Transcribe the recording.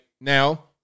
Now